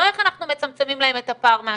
לא איך אנחנו מצמצמים להם את הפער מהשגרה.